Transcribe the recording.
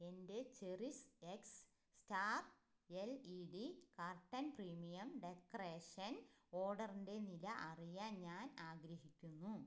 എന്റെ CherishX star L E D curtain premium decoration ഓർഡറിന്റെ നില അറിയാൻ ഞാൻ ആഗ്രഹിക്കുന്നു